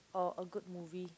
or a good movie